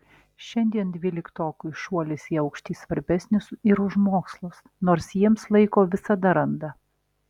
šiandien dvyliktokui šuolis į aukštį svarbesnis ir už mokslus nors jiems laiko visada randa